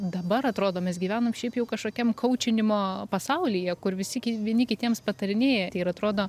dabar atrodo mes gyvenam šiaip jau kažkokiam kaučinimo pasaulyje kur visi vieni kitiems patarinėja tai ir atrodo